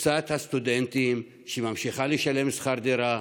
קבוצת הסטודנטים שממשיכה לשלם שכר דירה,